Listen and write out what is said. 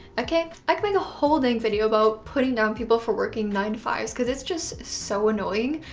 okay. i could make a whole dang video about putting down people for working nine five s because it's just so annoying.